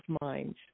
minds